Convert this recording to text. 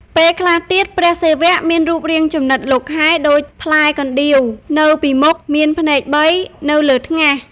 ពេលខ្លះទៀត ព្រះសិវៈមានរូបរាងចំណិតលោកខែដូចផ្លែកណ្តៀវ នៅពីមុខ មានភ្នែកទី៣ នៅលើថ្ងាស។